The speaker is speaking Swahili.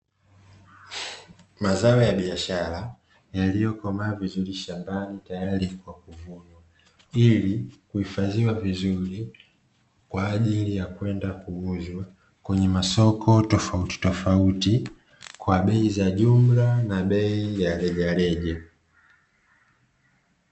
Mazao ya biashara yaliyokomaa vizuri shambani tayari kwa kuvunwa, ili kuifadhiwa vizuri kwa ajili ya kwenda kuuzwa kwenye masoko tofautitofauti kwa bei za jumla na bei za rejareja.